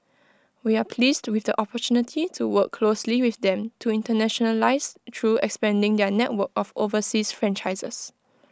we are pleased with the opportunity to work closely with them to internationalise through expanding their network of overseas franchisees